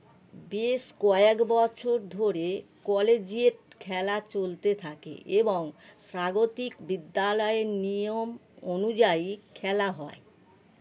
বেশ কয়েক বছর ধরে কলেজিয়েট খেলা চলতে থাকে এবং স্বাগতিক বিদ্যালয়ের নিয়ম অনুযায়ী খেলা হয়